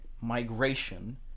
migration